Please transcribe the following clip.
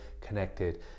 connected